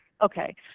Okay